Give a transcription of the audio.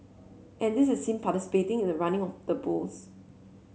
and this is him participating in the running of the bulls